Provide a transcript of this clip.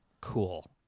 cool